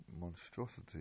monstrosity